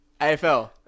AFL